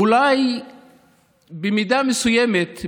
אולי במידה מסוימת,